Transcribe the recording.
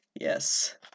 Yes